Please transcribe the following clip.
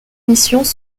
missions